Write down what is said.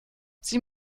sie